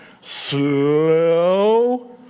slow